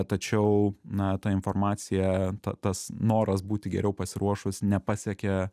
tačiau na ta informacija tas noras būti geriau pasiruošus nepasiekė